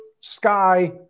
sky